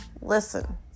listen